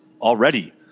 already